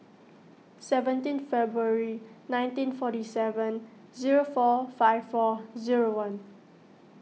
seventeen February nineteen forty seven zero four five four zero one